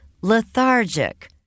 lethargic